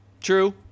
True